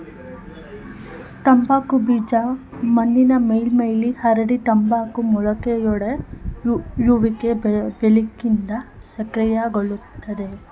ತಂಬಾಕು ಬೀಜ ಮಣ್ಣಿನ ಮೇಲ್ಮೈಲಿ ಹರಡಿ ತಂಬಾಕು ಮೊಳಕೆಯೊಡೆಯುವಿಕೆ ಬೆಳಕಿಂದ ಸಕ್ರಿಯಗೊಳ್ತದೆ